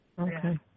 Okay